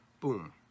Boom